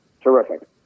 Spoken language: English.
Terrific